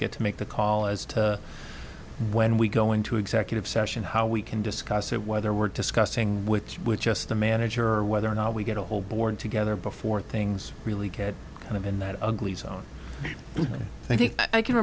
get to make the call as to when we go into executive session how we can discuss it whether we're discussing with which just the manager or whether or not we get a whole board together before things really get kind of in that ugly zone i think i can